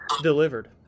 delivered